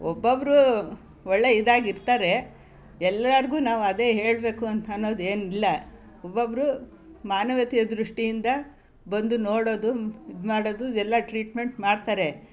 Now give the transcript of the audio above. ಒಬ್ಬೊಬ್ಬರು ಒಳ್ಳೆಯ ಇದಾಗಿರ್ತಾರೆ ಎಲ್ಲರಿಗೂ ನಾವು ಅದೇ ಹೇಳಬೇಕು ಅಂತ ಅನ್ನೋದು ಏನಿಲ್ಲ ಒಬ್ಬೊಬ್ರು ಮಾನವೀಯತೆಯ ದೃಷ್ಟಿಯಿಂದ ಬಂದು ನೋಡೋದು ಇದು ಮಾಡೋದು ಇದೆಲ್ಲ ಟ್ರೀಟ್ಮೆಂಟ್ ಮಾಡ್ತಾರೆ